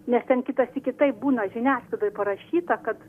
nes ten kitą sykį taip būna žiniasklaidoj parašyta kad